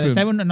Seven